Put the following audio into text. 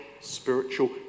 spiritual